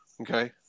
Okay